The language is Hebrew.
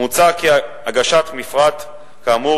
מוצע כי הגשת מפרט כאמור,